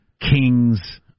kings